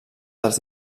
dels